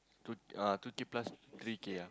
to uh twenty plus three K ah